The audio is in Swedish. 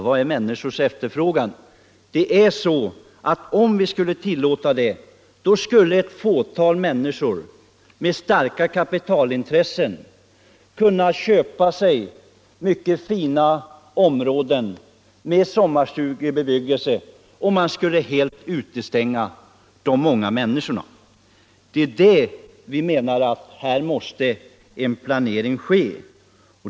Vad är ”människors efterfrågan?” Om vi skulle tillåta det, kunde ett fåtal människor med starka kapitalintressen köpa sig mycket fina områden med sommarstugebebyggelse, varigenom de många människorna skulle helt utestängas. Det är därför som vi menar att här måste en planering ske.